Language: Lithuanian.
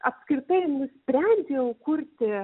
apskritai nusprendžiau kurti